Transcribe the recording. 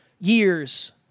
years